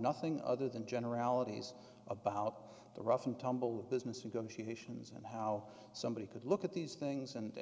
nothing other than generalities about the rough and tumble business you go she sions and how somebody could look at these things and